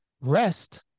rest